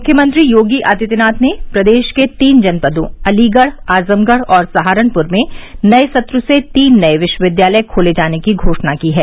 मुख्यमंत्री योगी आदित्यनाथ ने प्रदेश के तीन जनपदों अलीगढ़ आजमगढ़ और सहारनपुर में नए सत्र से तीन नए विश्वविद्यालय खोले जाने की घोषणा की है